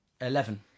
eleven